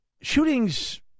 shootings